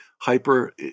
hyper